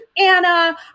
Anna